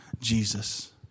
Jesus